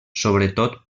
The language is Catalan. sobretot